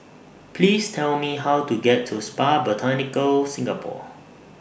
Please Tell Me How to get to Spa Botanica Singapore